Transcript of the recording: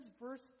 verse